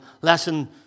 Lesson